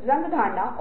होता है